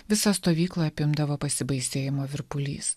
visą stovyklą apimdavo pasibaisėjimo virpulys